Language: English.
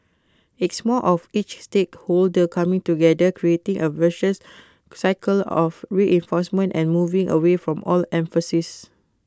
it's more of each stakeholder coming together creating A virtuous cycle of reinforcement and moving away from old emphases